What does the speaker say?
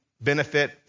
benefit